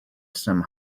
some